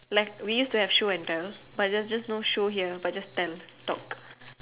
like we used to have show and tell but there's just no show here but just tell talk